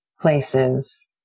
places